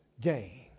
gain